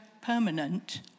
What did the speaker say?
permanent